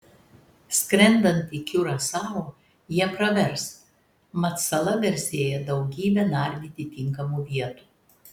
skrendant į kiurasao jie pravers mat sala garsėja daugybe nardyti tinkamų vietų